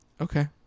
Okay